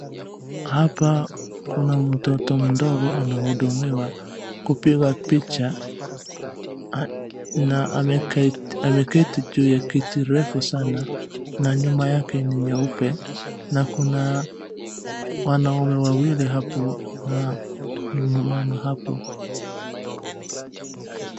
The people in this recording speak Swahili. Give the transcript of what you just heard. Hapa kuna mtoto mdogo anahudumiwa kupiga picha na ameketi juu ya kiti refu sana na nyuma yake ni nyeupe na kuna wanaume wawili hapo na mumama hapo.